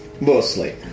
Mostly